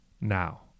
now